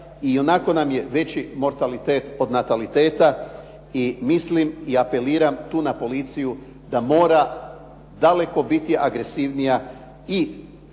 ionako nam je veći mortalitet od nataliteta i mislim, i apeliram tu na policiju da mora daleko biti agresivnija i